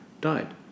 died